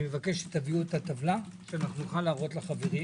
אני מבקש שתביאו את הטבלה שנוכל להראות לחברים.